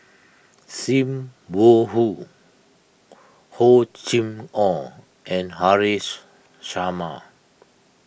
Sim Wong Hoo Hor Chim or and Haresh Sharma